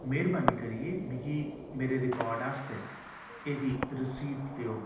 मेह्बानी करियै मिगी मेरे रिकार्ड आस्तै एह्दी रसीद देओ